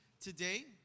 today